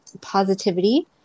positivity